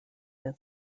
this